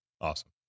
Awesome